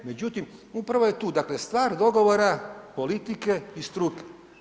Međutim, upravo je tu dakle, stvar dogovora politike i struke.